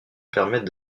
permettent